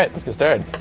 let's get started!